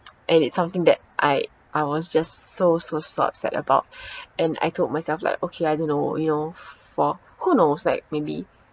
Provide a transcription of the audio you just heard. and it's something that I I was just so so so upset about and I told myself like okay I don't know you know for who knows like maybe